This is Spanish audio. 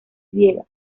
griega